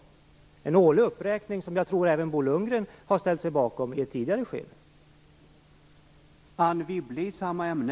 Det är en årlig uppräkning som jag tror att även Bo Lundgren har ställt sig bakom i ett tidigare skede.